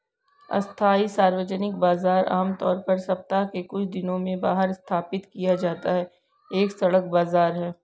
अस्थायी सार्वजनिक बाजार, आमतौर पर सप्ताह के कुछ दिनों में बाहर स्थापित किया जाता है, एक सड़क बाजार है